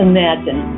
Imagine